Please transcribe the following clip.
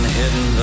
hidden